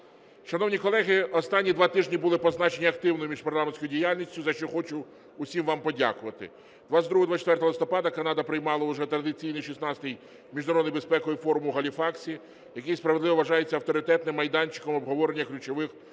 Шановні колеги, останні два тижні були позначені активною міжпарламентською діяльністю, за що хочу всім вам подякувати. 22-24 листопада Канада приймала вже традиційний 16-й Міжнародний безпековий форум у Галіфаксі, який справедливо вважається авторитетним майданчиком обговорення ключових проблем